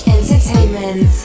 Entertainment